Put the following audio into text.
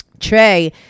Trey